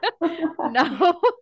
no